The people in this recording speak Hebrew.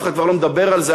אף אחד כבר לא מדבר על זה,